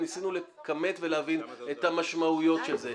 וניסינו לכמת ולהבין את המשמעויות של זה.